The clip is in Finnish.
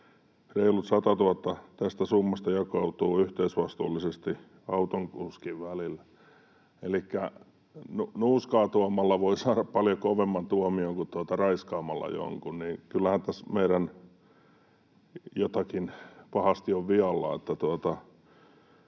Reilut 100 000 tästä summasta jakautuu yhteisvastuullisesti tekijän ja autokuskin välille.” Elikkä jos nuuskaa tuomalla voi saada paljon kovemman tuomion kuin raiskaamalla jonkun, niin kyllähän tässä jotakin pahasti on vialla.